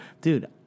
Dude